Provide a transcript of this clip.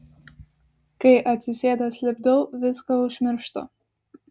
kai atsisėdęs lipdau viską užmirštu